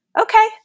okay